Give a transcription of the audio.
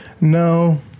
No